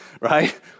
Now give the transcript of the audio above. right